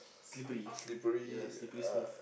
slippery ya slippery smooth